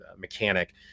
mechanic